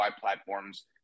platforms